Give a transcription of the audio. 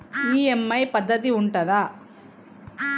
EMI పద్ధతి ఉంటదా?